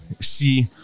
see